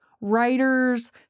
writers